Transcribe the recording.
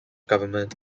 government